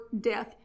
death